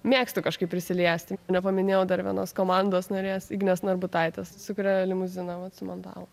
mėgstu kažkaip prisiliesti nepaminėjau dar vienos komandos narės ignės narbutaitės sukuria limuziną vat sumontavo